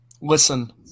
listen